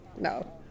No